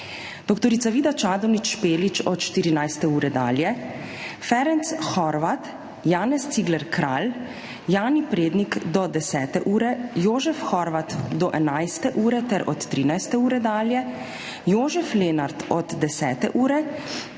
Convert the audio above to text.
dr. Vida Čadonič Špelič od 14. ure dalje, Ferenc Horváth, Janez Cigler Kralj, Jani Prednik do 10. ure, Jožef Horvat do 11. ure ter od 13. ure dalje, Jožef Lenart od 10. ure,